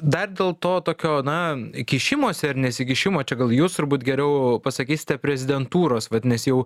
dar dėl to tokio na kišimosi ar nesikišimo čia gal jūs turbūt geriau pasakysite prezidentūros vat nes jau